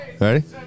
Ready